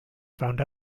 found